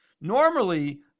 Normally